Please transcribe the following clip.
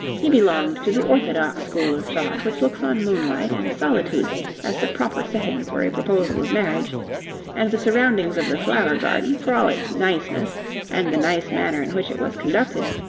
he belonged to the orthodox school of thought which looks on moonlight and solitude as the proper setting for a proposal of marriage and the surroundings of the flower garden, for all its nice-ness and the nice manner in which it was conducted,